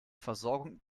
versorgung